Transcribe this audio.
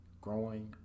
growing